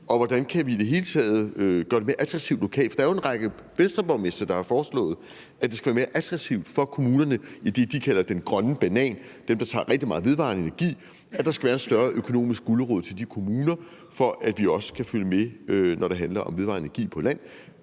og hvordan vi i det hele taget kan gøre det mere attraktivt lokalt. For der er jo en række Venstreborgmestre, der har foreslået, at det skal være mere attraktivt for kommunerne i det, de kalder den grønne banan – dem, der står for rigtig meget vedvarende energi – altså at der skal være en større økonomisk gulerod til de kommuner, for at vi også kan følge med, når det handler om vedvarende energi på land.